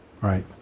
right